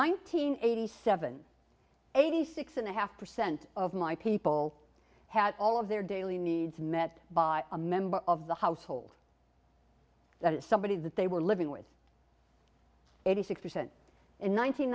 hundred eighty seven eighty six and a half percent of my people had all of their daily needs met by a member of the household that is somebody that they were living with eighty six percent in